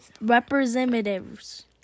Representatives